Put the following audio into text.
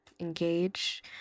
Engage